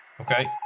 Okay